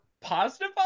positive